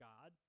God